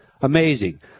Amazing